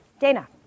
Dana